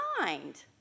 mind